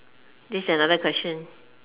this another question